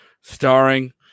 starring